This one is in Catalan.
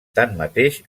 tanmateix